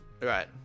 Right